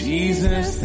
Jesus